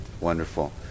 Wonderful